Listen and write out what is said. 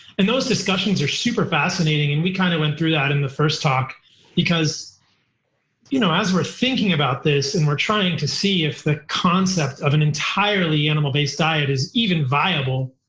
and those discussions are super fascinating, and we kind of went through that in the first talk because you know as we're thinking about this and we're trying to see if the concept of an entirely animal-based diet is even viable,